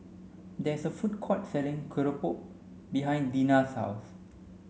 there's a food court selling Keropok behind Deena's house